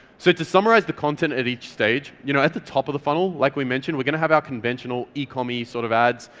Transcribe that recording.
so to summarise the content at each stage, you know at the top of the funnel like we mentioned, we're going to have our conventional ecom-y sort of ads,